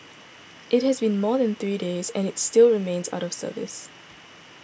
it has been more than three days and is still remains out of service